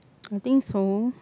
I think so